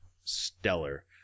stellar